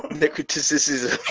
the criticism